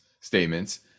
statements